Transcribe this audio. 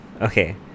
okay